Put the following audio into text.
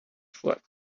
foot